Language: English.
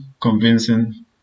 convincing